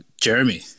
Jeremy